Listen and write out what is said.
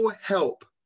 help